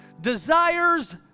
desires